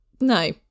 no